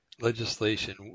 legislation